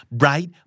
bright